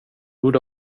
borde